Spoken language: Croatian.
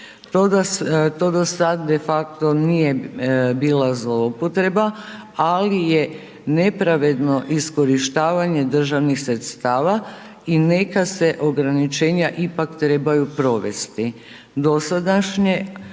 To do sad de facto nije bila zloupotreba ali je nepravedno iskorištavanje državnih sredstava i neka se ograničenja ipak trebaju provesti.